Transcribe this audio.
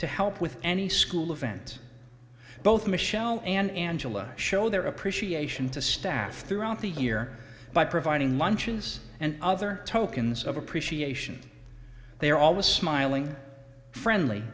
to help with any school event both michelle and angela show their appreciation to staff throughout the year by providing lunches and other tokens of appreciation they are always smiling friendly